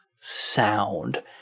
sound